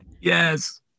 Yes